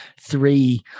three